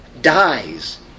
dies